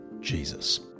Jesus